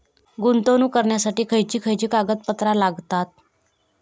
गुंतवणूक करण्यासाठी खयची खयची कागदपत्रा लागतात?